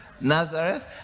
Nazareth